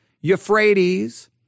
Euphrates